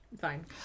Fine